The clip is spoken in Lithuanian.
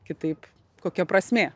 kitaip kokia prasmė